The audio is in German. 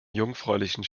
jungfräulichen